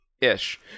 ish